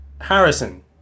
Harrison